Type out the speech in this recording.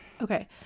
Okay